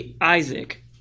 Isaac